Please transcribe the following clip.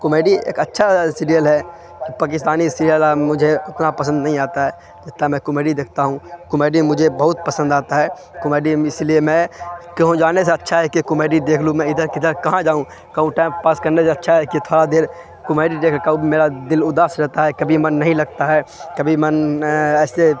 comedy ایک اچھا serial ہے پاکستانی سیریل مجھے اتنا پسند نہیں آتا ہے جتنا میں کومیڈی دیکھتا ہوں کومیڈی مجھے بہت پسند آتا ہے کومیڈی اسی لیے میں کہوں جانے سے اچھا ہے کہ کومیڈی دیکھ لوں میں ادھر کدھر کہاں جاؤں کہوں ٹائم پاس کرنے سے اچھا ہے کہ تھوڑا دیر کومیڈی ڈیکھ لیتا ہوں میرا دل اداس رہتا ہے کبھی من نہیں لگتا ہے کبھی من ایسے